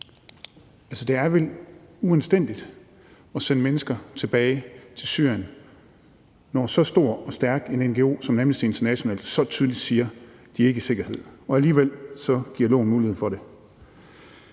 Det er vel uanstændigt at sende mennesker tilbage til Syrien, når så stor og stærk en ngo som Amnesty International så tydeligt siger, at de ikke er i sikkerhed – og alligevel giver loven mulighed for det.